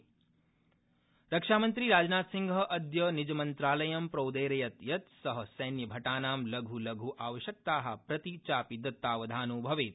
राजनाथ रक्षामन्त्री राजनाथसिंह अद्य निजमन्त्रालयं प्रोदैरयत यत् स सैन्यभटानां लघ् लघ् आवश्यकता प्रति चापि दत्तावधानो भवेत्